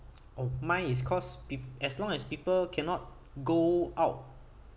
oh mine is cause pe~ as long as people cannot go out